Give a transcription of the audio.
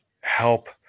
help